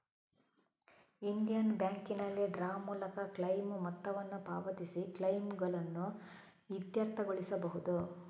Indian ಬ್ಯಾಂಕಿನಲ್ಲಿ draw ಮೂಲಕ claim ಮೊತ್ತವನ್ನು ಪಾವತಿಸಿ ಕ್ಲೈಮುಗಳನ್ನು ಇತ್ಯರ್ಥಗೊಳಿಸಬಹುದು